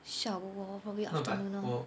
下午 lor probably afternoon